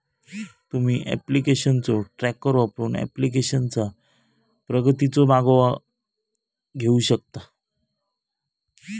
तुम्ही ऍप्लिकेशनचो ट्रॅकर वापरून ऍप्लिकेशनचा प्रगतीचो मागोवा घेऊ शकता